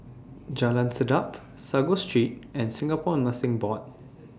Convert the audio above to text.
Jalan Sedap Sago Street and Singapore Nursing Board